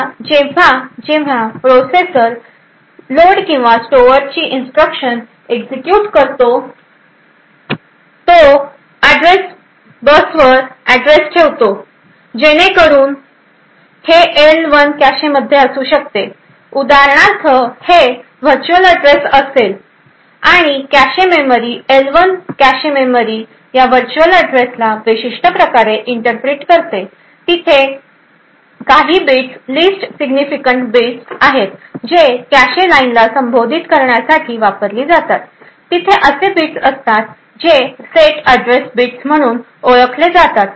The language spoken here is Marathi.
आता जेव्हा जेव्हा प्रोसेसर लोड किंवा स्टोअरची इन्स्ट्रक्शन एक्झिक्युट करतो तेव्हा तो अॅड्रेस बसवर अॅड्रेस ठेवतो जेणेकरून हे एल 1 कॅशेमध्ये असू शकते उदाहरणार्थ हे व्हर्च्युअल अॅड्रेस असेल आणि cache memory L 1 cache memory या व्हर्च्युअल अॅड्रेसला या विशिष्ट प्रकारे इंटरप्रीट करते तिथे काही बिट्स लिस्ट सिग्निफिकँट बिट्स आहेत जे कॅशे लाइनला संबोधित करण्यासाठी वापरली जातात तेथे असे बिट्स असतात जे सेट अॅड्रेस बिट्स म्हणून ओळखले जातात